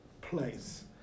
place